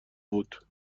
بود